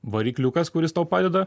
varikliukas kuris tau padeda